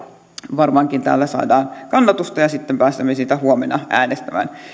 varmaankin täällä saadaan kannatusta ja sitten pääsemme siitä huomenna äänestämään